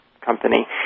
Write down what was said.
Company